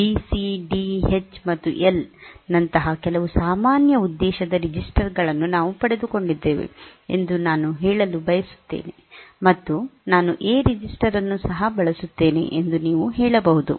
B C D H ಮತ್ತು ಎಲ್BCD H and L ನಂತಹ ಕೆಲವು ಸಾಮಾನ್ಯ ಉದ್ದೇಶದ ರೆಜಿಸ್ಟರ್ ಗಳನ್ನು ನಾವು ಪಡೆದುಕೊಂಡಿದ್ದೇವೆ ಎಂದು ನಾನು ಹೇಳಲು ಬಯಸುತ್ತೇನೆ ಮತ್ತು ನಾನು ಎ ರಿಜಿಸ್ಟರ್ ಅನ್ನು ಸಹ ಬಳಸುತ್ತೇನೆ ಎಂದು ನೀವು ಹೇಳಬಹುದು